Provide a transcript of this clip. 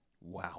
Wow